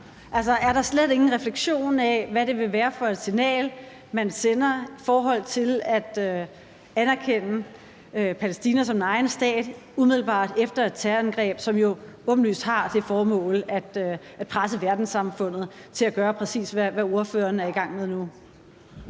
nu? Er der slet ingen refleksion over, hvad det ville være for et signal at sende at anerkende Palæstina som stat umiddelbart efter et terrorangreb, som jo åbenlyst har det formål at presse verdenssamfundet til at gøre, præcis hvad ordføreren er i gang med nu?